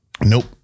Nope